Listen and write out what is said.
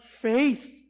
faith